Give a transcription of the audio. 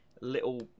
little